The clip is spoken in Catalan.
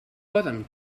poden